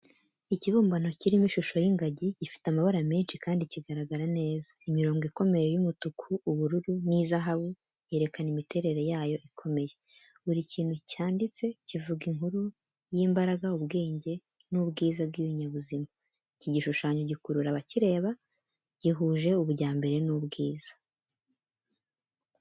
Ikibumbano kirimo ishusho y’ingagi gifite amabara menshi kandi kigaragara neza. Imirongo ikomeye y’umutuku, ubururu n'izahabu yerekana imiterere yayo ikomeye. Buri kintu cyanditse kivuga inkuru y’imbaraga, ubwenge n’ubwiza bw’ibinyabuzima. Iki gishushanyo gikurura abakireba, gihuje ubujyambere n’ubwiza